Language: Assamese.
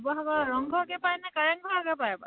শিৱসাগৰ ৰংঘৰ আগেয়ে পায়নে কাৰেং ঘৰ আগেয়ে পায় বাৰু